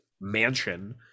mansion